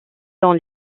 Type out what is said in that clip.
dans